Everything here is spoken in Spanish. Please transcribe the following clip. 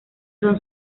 son